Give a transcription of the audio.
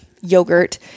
yogurt